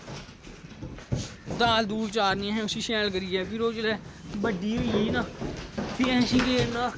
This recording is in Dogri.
दाल दोल चारनी उसी असें शैल करियै फ्ही ओह् जिसलै बड़ी होई गेई ना फ्हीं असें उसी केह् करना